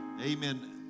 Amen